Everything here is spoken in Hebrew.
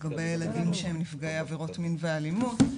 לגבי ילדים שהם נפגעי עבירות מין ואלימות.